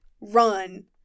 run